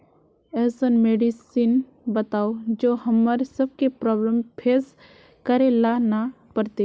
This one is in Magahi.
ऐसन मेडिसिन बताओ जो हम्मर सबके प्रॉब्लम फेस करे ला ना पड़ते?